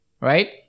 right